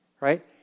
right